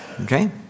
okay